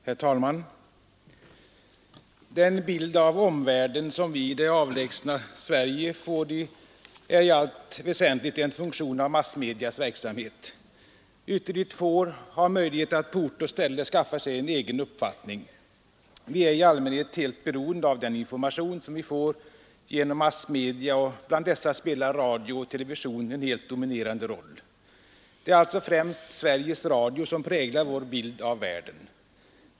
Herr talman! Den bild av omvärlden som vi i det avlägsna Sverige får är i allt väsentligt en funktion av massmedias verksamhet. Ytterligt få har möjlighet att på ort och ställe skaffa sig en egen uppfattning. Vi är i allmänhet fullständigt beroende av den information som vi får genom massmedia, och bland dessa spelar radio och television en helt dominerande roll. Det är alltså främst Sveriges Radio som präglar vår bild av världen.